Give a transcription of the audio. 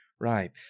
Right